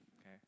okay